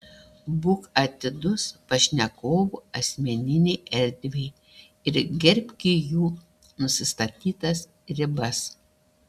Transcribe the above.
būk atidus pašnekovų asmeninei erdvei ir gerbki jų nusistatytas ribas